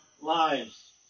lives